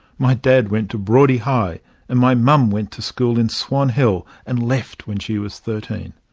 my dad went to broady high and my mum went to school in swan hill and left when she was thirteen.